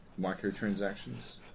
microtransactions